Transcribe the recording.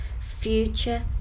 future